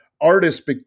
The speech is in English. artists